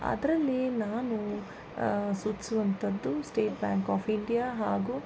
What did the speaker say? ಅದ್ರಲ್ಲಿ ನಾನು ಸೂಚ್ಸುವಂತದ್ದು ಸ್ಟೇಟ್ ಬ್ಯಾಂಕ್ ಆಫ್ ಇಂಡಿಯ ಹಾಗೂ